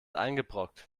eingebrockt